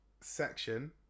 section